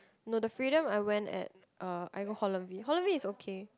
no the Freedom I went at uh I go Holland-V Holland-V is okay